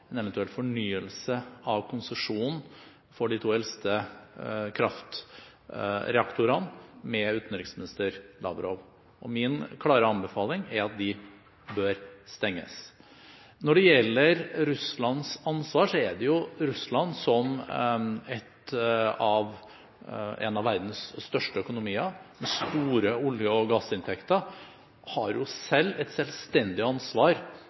en eventuell fornyelse av konsesjonen for de to eldste kraftreaktorene – med utenriksminister Lavrov. Min klare anbefaling er at de bør stenges. Når det gjelder Russlands ansvar, har Russland som en av verdens største økonomier, med store olje- og gassinntekter, et selvstendig ansvar